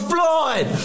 Floyd